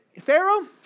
Pharaoh